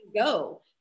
go